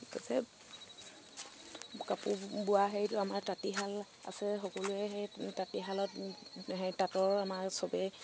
কাপোৰ বোৱা হেৰিতো আমাৰ তাঁতিশাল আছে সকলোৱে সেই তাঁতিশালত সেই তাঁতৰ আমাৰ চবেই